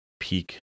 peak